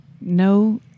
no